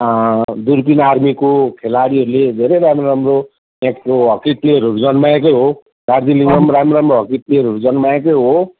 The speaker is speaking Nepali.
दुर्पिन आर्मीको खेलाडीहरूले धेरै राम्रो राम्रो एक्लो हक्की प्लेयरहरू जन्माएकै हो दार्जिलिङमा पनि राम्रो राम्रो हक्की प्लेयरहरू जन्माएकै हो